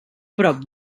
prop